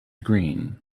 green